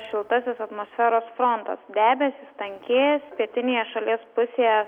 šiltasis atmosferos frontas debesys tankės pietinėje šalies pusėje